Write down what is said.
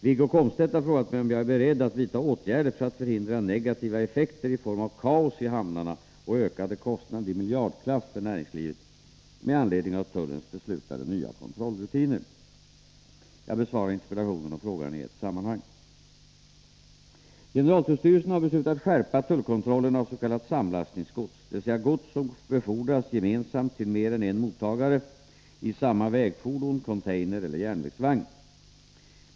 Wiggo Komstedt har frågat mig om jag är beredd att vidta åtgärder för att förhindra negativa effekter i form av kaos i hamnarna och ökade kostnader i miljardklass för näringslivet med anledning av tullens beslutade nya kontrollrutiner. Jag besvarar interpellationen och frågan i ett sammanhang. Generaltullstyrelsen har beslutat skärpa tullkontrollen av s.k. samlastningsgods, dvs. gods som befordras gemensamt till mer än en mottagare i samma vägfordon, container eller järnvägsvagn.